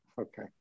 okay